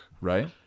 right